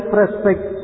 respect